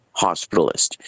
hospitalist